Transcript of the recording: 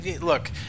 Look